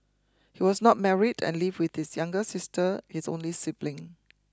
he was not married and lived with his younger sister his only sibling